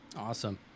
Awesome